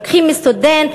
לוקחים מסטודנט,